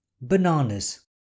bananas